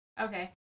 okay